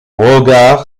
regard